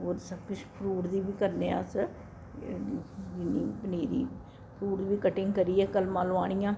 होर सब किश फ्रूट दी बी करने आं अस पनीरी फ्रूट दी बी कटिंग करियै कलमां लोआनियां